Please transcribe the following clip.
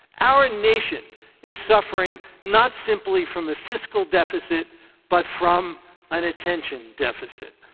our nation is suffering not simply from a fiscal deficit but from an attention deficit.